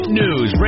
news